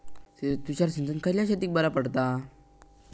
तुषार सिंचन खयल्या शेतीक बरा पडता?